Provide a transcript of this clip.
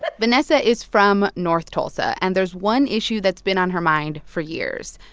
but vanessa is from north tulsa. and there's one issue that's been on her mind for years.